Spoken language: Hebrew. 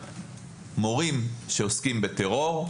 מורים שעוסקים בטרור,